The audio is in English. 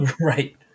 right